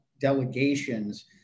delegations